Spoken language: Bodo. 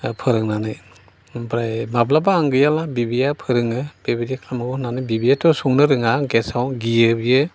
फोरोंनानै ओमफ्राय माब्लाबा आं गैयाब्ला बिबैआ फोरोंङो बेबायदि ख्लामनांगौ होन्नानै बिबैआथ' संनो रोङा गेसाव गियो बियो